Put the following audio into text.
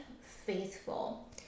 faithful